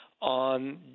on